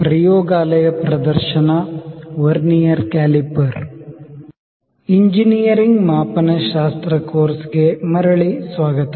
ಪ್ರಯೋಗಾಲಯ ಪ್ರದರ್ಶನ vernier calliper engineering ಮಾಪನಶಾಸ್ತ್ರ ಕೋರ್ಸ್ಗೆ ಮರಳಿ ಸ್ವಾಗತ